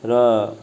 र